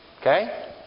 Okay